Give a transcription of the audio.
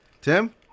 Tim